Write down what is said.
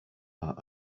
are